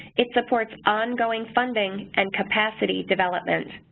it supports ongoing funding and capacity development.